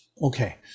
Okay